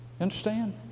understand